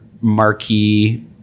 marquee